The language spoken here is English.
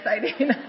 exciting